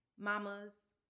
Mamas